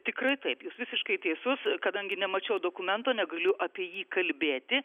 tikrai taip jūs visiškai teisus kadangi nemačiau dokumento negaliu apie jį kalbėti